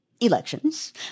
elections